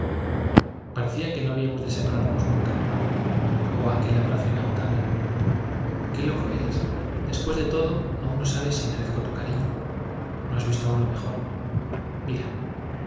parecía que no habíamos de separarnos nunca j oh aquel abrazo inagotable de todo aún no sabes j qué loco eres después cariño no has visto aún lo mejor mira